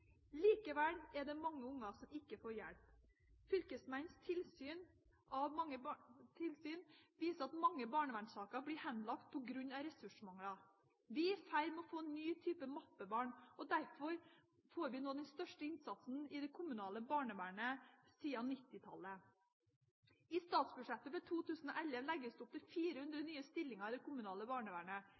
Likevel er det mange barn som ikke får hjelp. Fylkesmannens tilsyn viser at mange barnevernssaker blir henlagt på grunn av ressursmangel. Vi er i ferd med å få en ny type mappebarn. Derfor får vi nå den største innsatsen i det kommunale barnevernet siden 1990-tallet. I statsbudsjettet for 2011 legges det opp til 400 nye stillinger i det kommunale barnevernet.